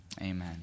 Amen